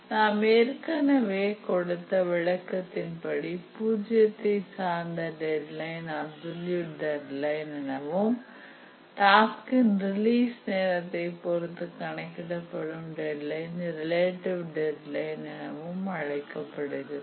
நாம் ஏற்கனவே கொடுத்த விளக்கத்தின்படி பூஜ்ஜியத்தை சார்ந்த டெட்லைன் அப்சல்யூட் டெட்லைன் எனவும் டாஸ்க்இன் ரிலீஸ் நேரத்தைப் பொறுத்து கணக்கிடப்படும் டெட்லைன் ரிலேட்டிவ் டெட்லைன் எனவும் அழைக்கப்படும்